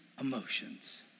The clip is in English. emotions